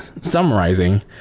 summarizing